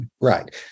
Right